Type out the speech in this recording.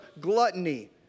gluttony